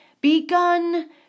begun